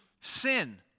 sin